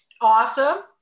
Awesome